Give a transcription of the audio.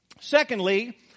secondly